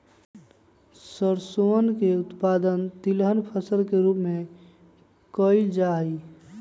सरसोवन के उत्पादन तिलहन फसल के रूप में कइल जाहई